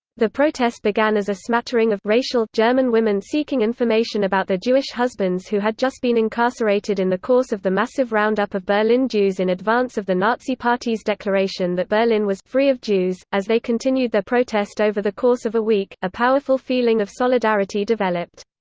the protest began as a smattering of racial german women seeking information about their jewish husbands who had just been incarcerated in the course of the massive roundup of berlin jews in advance of the nazi party's declaration that berlin was free of jews. as they continued their protest over the course of a week, a powerful feeling of solidarity developed.